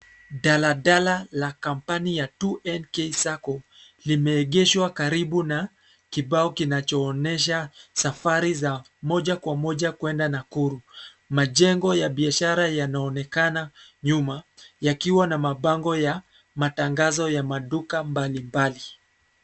Daladala la company ya 2NK Sacco limeegeshwa karibu na kibao kinacho onyesha safari za moja kwa moja kuenda Nakuru. Majengo ya biashara yanaonekana nyuma, yakiwa na mabango ya matangazo ya maduka mbalimbali.